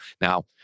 now